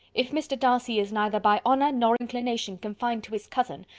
if mr. darcy is neither by honour nor inclination confined to his cousin,